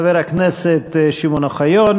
חבר הכנסת שמעון אוחיון,